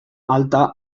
alta